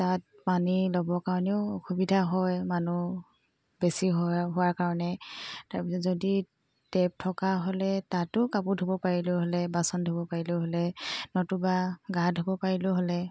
তাত পানী ল'ব কাৰণেও অসুবিধা হয় মানুহ বেছি হয় হোৱাৰ কাৰণে তাৰপিছত যদি টেপ থকা হ'লে তাতো কাপোৰ ধুব পাৰিলোঁ হ'লে বাচন ধুব পাৰিলোঁ হ'লে নতুবা গা ধুব পাৰিলোঁ হ'লে